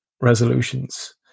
resolutions